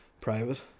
private